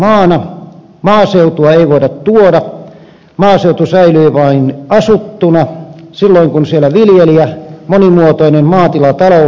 maaseutua ei voida tuoda maaseutu säilyy asuttuna vain silloin kun siellä viljelijä monimuotoinen maatilatalous voi toimia